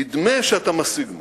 נדמה שאתה משיג משהו,